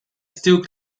still